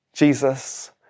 Jesus